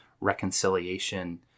reconciliation